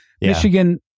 Michigan